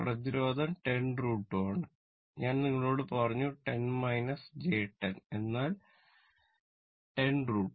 പ്രതിരോധം 10 √ 2 ആണ് ഞാൻ നിങ്ങളോട് പറഞ്ഞു 10 j 10 എന്നാൽ 10 √ 2